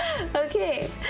Okay